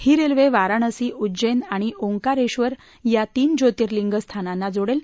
ही railway Varanasi Ujjain आणि ओंकारेश्वर या तीन ज्योतिर्लिंग स्थानांना जोडेल